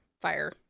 fire